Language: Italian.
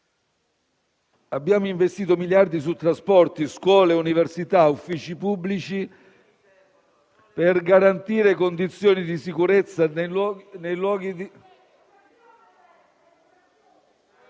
Abbiamo investito miliardi di euro su trasporti, scuole, università, uffici pubblici, per garantire condizioni di sicurezza nei luoghi...